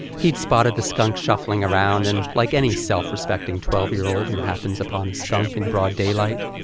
he'd spotted the skunk shuffling around, and like any self respecting twelve-year-old who happens upon a skunk in broad daylight,